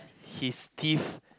his teeth